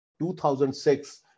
2006